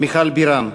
מיכל בירן.